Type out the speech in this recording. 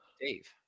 Dave